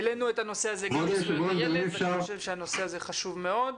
העלינו את הנושא הזה גם בזכויות הילד ואני חושב שהנושא הזה חשוב מאוד.